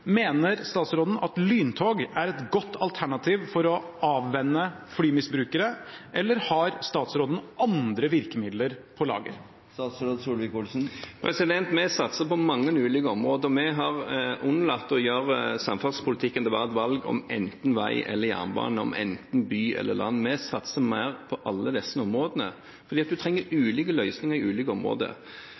Mener statsråden at lyntog er et godt alternativ for å avvenne flymisbrukere, eller har statsråden andre virkemidler på lager? Vi satser på mange ulike områder. Vi har unnlatt å gjøre samferdselspolitikken til et valg om enten vei eller jernbane, om enten by eller land. Vi satser mer på alle disse områdene fordi en trenger ulike løsninger i ulike områder.